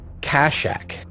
Kashak